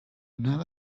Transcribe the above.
never